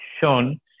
shown